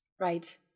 Right